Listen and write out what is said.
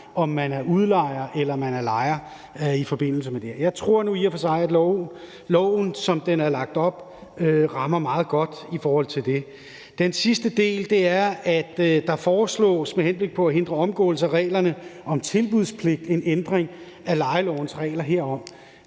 om man er udlejer eller lejer i forbindelse med det. Jeg tror nu i og for sig, at lovforslaget, som det er lagt frem, rammer meget godt i forhold til det. Den sidste del er, at der med henblik på at hindre omgåelse af reglerne om tilbudspligt foreslås en ændring af lejelovens regler herom.